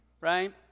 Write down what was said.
right